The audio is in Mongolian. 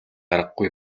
аргагүй